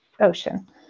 ocean